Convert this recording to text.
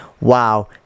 Wow